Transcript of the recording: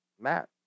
Matt